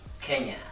Kenya